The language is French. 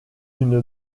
une